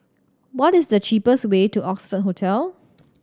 what is the cheapest way to Oxford Hotel